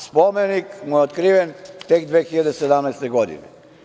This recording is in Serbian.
Spomenik mu je otkriven tek 2017. godine.